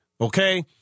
Okay